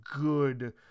good